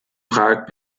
prag